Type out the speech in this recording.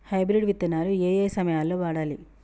Hybrid విత్తనాలు ఏయే సమయాల్లో వాడాలి?